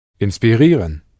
Inspirieren